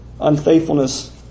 unfaithfulness